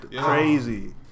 Crazy